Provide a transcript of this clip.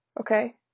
okay